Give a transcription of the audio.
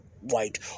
white